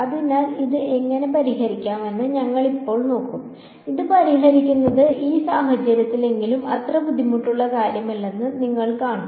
അതിനാൽ ഇത് എങ്ങനെ പരിഹരിക്കാമെന്ന് ഞങ്ങൾ ഇപ്പോൾ നോക്കും ഇത് പരിഹരിക്കുന്നത് ഈ സാഹചര്യത്തിലെങ്കിലും അത്ര ബുദ്ധിമുട്ടുള്ള കാര്യമല്ലെന്ന് നിങ്ങൾ കാണും